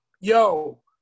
Yo